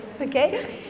okay